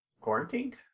Quarantined